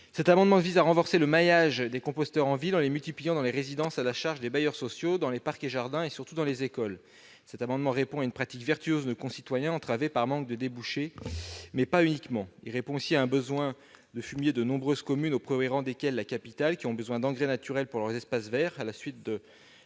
Cet amendement vise à renforcer le maillage des composteurs en ville en les multipliant dans les résidences, à la charge des bailleurs sociaux, dans les parcs et jardins et, surtout, dans les écoles. Il répond à une pratique vertueuse de nos concitoyens, entravée par manque de débouchés. Il répond aussi à un besoin en fumier de nombreuses communes, au premier rang desquelles la capitale. Ces dernières ont besoin d'engrais naturel pour leurs espaces verts à la suite de